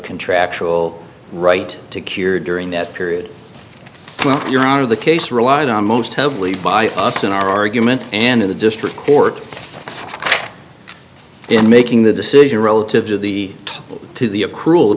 contractual right to cure during that period while you're out of the case relied on most heavily by us in our argument and in the district court in making the decision relative to the top to the a cruel